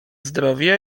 zdrowie